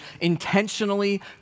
intentionally